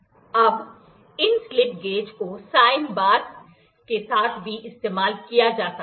अब इन slip gauge को साइन बार के साथ भी इस्तेमाल किया जा सकता है